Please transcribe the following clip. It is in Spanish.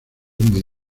muy